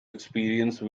experience